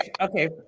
okay